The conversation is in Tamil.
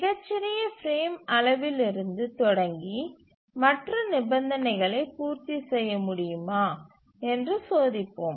மிகச்சிறிய பிரேம் அளவிலிருந்து தொடங்கி மற்ற நிபந்தனைகளை பூர்த்தி செய்ய முடியுமா என்று சோதிப்போம்